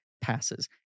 passes